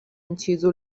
inciso